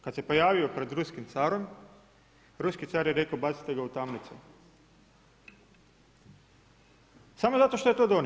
Kada se pojavio pred ruskim carom, ruski car je rekao bacite ga u tamnicu, samo zato što je to donio.